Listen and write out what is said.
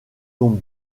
tombe